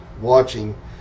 watching